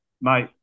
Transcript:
mate